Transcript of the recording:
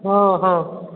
हँ हँ